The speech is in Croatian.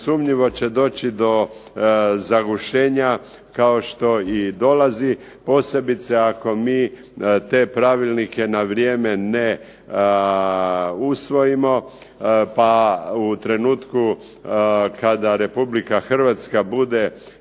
nesumnjivo će doći do zagušenja kao što i dolazi, posebice ako mi te pravilnike na vrijeme ne usvojimo, pa u trenutku kada RH bude